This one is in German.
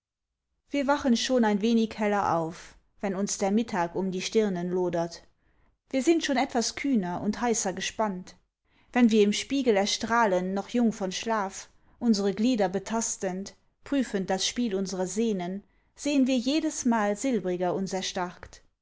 wir wachen schon ein wenig heller auf wenn uns der mittag um die stirnen lodert wir sind schon etwas kühner und heißer gespannt wenn wir im spiegel erstrahlen noch jung von schlaf unsere glieder betastend prüfend das spiel unserer sehnen sehen wir jedesmal silbriger uns erstarkt